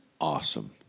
awesome